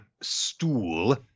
stool